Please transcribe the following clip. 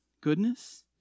goodness